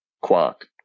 quark